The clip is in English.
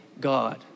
God